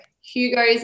hugo's